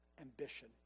ambition